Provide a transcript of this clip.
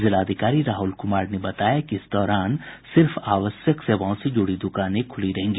जिलाधिकारी राहुल कुमार ने बताया कि इस दौरान सिर्फ आवश्यक सेवाओं से जुड़ी दुकानें खुली रहेंगी